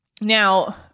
Now